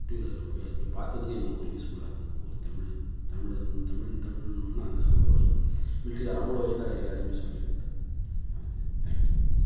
two வீலரில் போய் அத போய் பார்த்ததுக்கு எங்களுக்கு ஒரு யூஸ்ஃபுல்லா இருந்தது ஒரு தமிழன் தமிழரும் தமிழன் தமிழுன்னோடனே அந்த அவர் மில்ட்ரிகாரர் அவ்வளோ இதாக எல்லாரையுமே சொல்லின்னு இருந்தார் சரி தேங்க்ஸ் மேம்